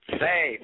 say